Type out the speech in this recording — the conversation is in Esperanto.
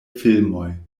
filmoj